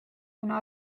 kuna